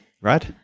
right